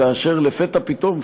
כאשר לפתע פתאום,